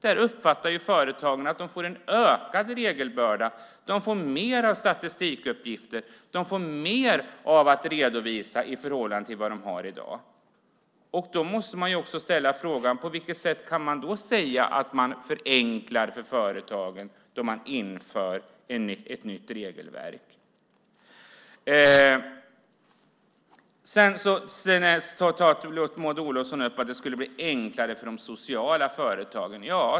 Där uppfattar företagen att de får en ökad regelbörda. De får mer av statistikuppgifter och mer av att redovisa i förhållande till vad de har i dag. På vilket sätt kan man då säga att man förenklar för företagen när man inför ett nytt regelverk? Maud Olofsson tog upp att det skulle bli enklare för de sociala företagen.